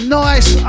nice